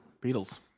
Beatles